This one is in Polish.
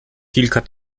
kilka